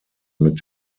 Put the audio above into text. mit